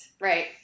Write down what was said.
Right